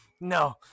no